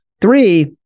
Three